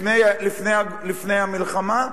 לפני המלחמה,